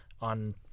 on